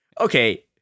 okay